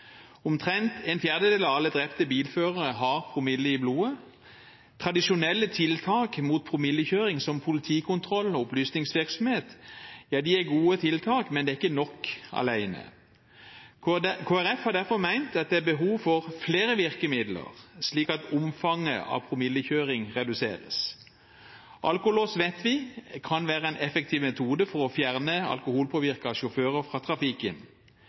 Omtrent en fjerdedel av alle drepte bilførere hadde promille i blodet. Tradisjonelle tiltak mot promillekjøring, som politikontroll og opplysningsvirksomhet, er gode tiltak, men det alene er ikke nok. Kristelig Folkeparti har derfor ment at det er behov for flere virkemidler, slik at omfanget av promillekjøring reduseres. Alkolås vet vi kan være en effektiv metode for å fjerne alkoholpåvirkede sjåfører fra trafikken.